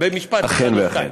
אכן ואכן.